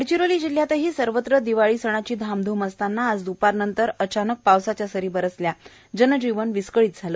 गडचिरोली जिल्ह्यात सर्वत्र दिवाळी सणाची धामधूम असताना आज द्पारनंतर जिलह्यात अचानक पावसाच्या सरी बरसल्याने जनजीवन विस्कळीत झाले